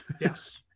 yes